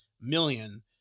million